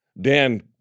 Dan